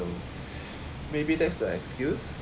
maybe that's the excuse